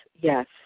Yes